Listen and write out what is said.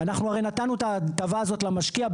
אנחנו הרי נתנו את ההטבה הזאת למשקיע,